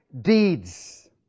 deeds